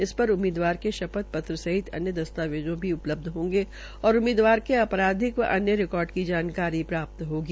इस पर उम्मीदवार के शपथपत्र सहित अन्य दस्तावेजों भी उपलब्ध होंगे और उम्मीदवार के आपराधिक व अन्य रिकार्ड की जानकारी प्राप्त होगी